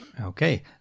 Okay